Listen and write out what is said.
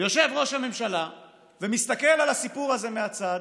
ויושב ראש הממשלה ומסתכל על הסיפור הזה מהצד,